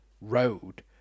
road